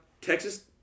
Texas